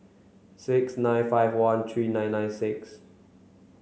six nine five one three nine nine six